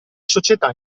società